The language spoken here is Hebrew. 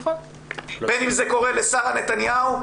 בין אם זה קורה לשרה נתניהו,